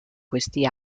questi